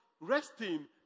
resting